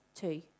two